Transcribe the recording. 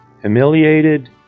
Humiliated